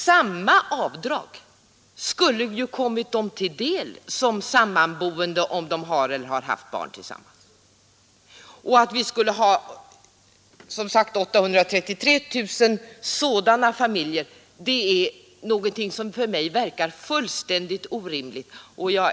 Samma avdrag skulle ju ha kommit dem till del som sammanboende om de har eller har haft barn tillsammans. Att vi skulle ha över 800 000 sådana gifta familjer verkar för mig fullständigt orimligt.